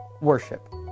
Worship